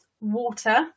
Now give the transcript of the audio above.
water